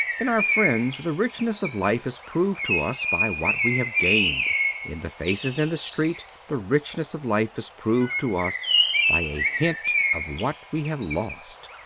in our friends the richness of life is proved to us by what we have gained in the faces in the street the richness of life is proved to us by a hint of what we have lost.